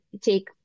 take